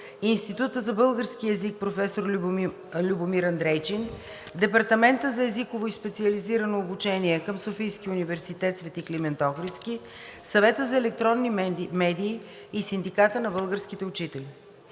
Института за български език „Професор Любомир Андрейчин“, Департамента за езиково и специализирано обучение – СУ „Св. Климент Охридски“, Съвета за електронни медии и от Синдиката на българските учители.